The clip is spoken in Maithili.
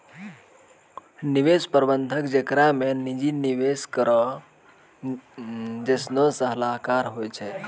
निवेश प्रबंधन जेकरा मे निजी निवेशको जैसनो सलाहकार होय छै